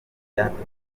byatumye